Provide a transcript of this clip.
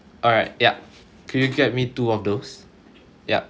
alright yup can you get me two of those yup